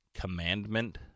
commandment